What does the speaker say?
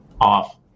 off